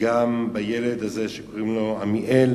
וגם בילד עמיאל,